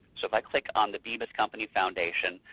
so if i click on the bemis company foundation,